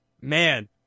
Man